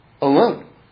alone